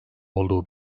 olduğu